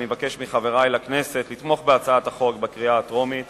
אני מבקש מחברי לכנסת לתמוך בהצעת החוק בקריאה הטרומית